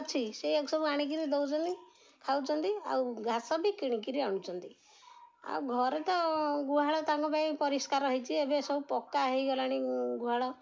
ଅଛି ସେୟାକୁ ସବୁ ଆଣି କିରି ଦେଉଛନ୍ତି ଖାଉଛନ୍ତି ଆଉ ଘାସ ବି କିଣି କରି ଆଣୁଛନ୍ତି ଆଉ ଘରେ ତ ଗୁହାଳ ତାଙ୍କ ପାଇଁ ପରିଷ୍କାର ହେଇଛି ଏବେ ସବୁ ପକ୍କା ହେଇଗଲାଣି ଗୁହାଳ